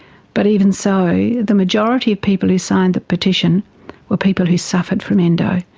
but even so, the majority of people who signed the petition were people who suffered from endo